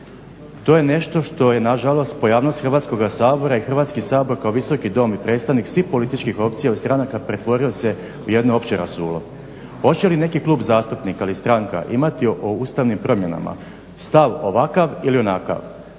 To je nešto što je nažalost po javnost Hrvatskoga sabora i Hrvatski sabor kao Visoki dom i predstavnik svih političkih opcija od stranaka pretvorio se u jedno opće rasulo. Hoće li neki klub zastupnika ili stranka imati o ustavnim promjenama stav ovakav ili onakav,